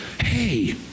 Hey